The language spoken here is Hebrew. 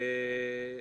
ראשית,